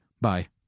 Bye